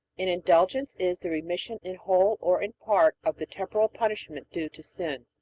an indulgence is the remission in whole or in part of the temporal punishment due to sin.